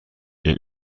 این